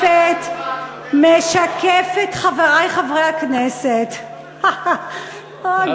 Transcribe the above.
משקפת, חברי חברי הכנסת, הא-הא.